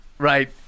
Right